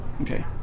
Okay